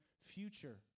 future